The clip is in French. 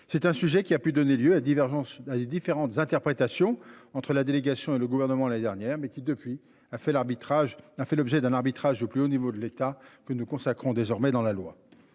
C'est un sujet qui a pu donner lieu à divergences les différentes interprétations entre la délégation et le gouvernement l'année dernière mais qui depuis a fait l'arbitrage n'a fait l'objet d'un arbitrage au plus haut niveau de l'État que nous consacrons désormais dans la loi.